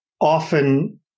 often